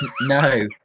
no